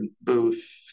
Booth